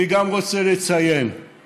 אני גם רוצה לציין את